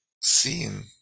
seeing